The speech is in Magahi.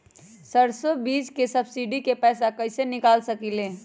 सरसों बीज के सब्सिडी के पैसा कईसे निकाल सकीले?